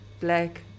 black